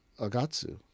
Agatsu